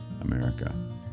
America